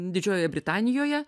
didžiojoje britanijoje